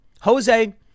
Jose